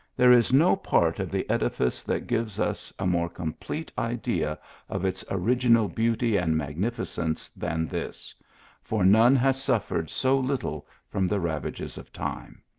there is no part of the edifice that gives us a more complete idea of its original beauty and magnifi cence than this for none has suffered so little from the ravages of time.